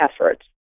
efforts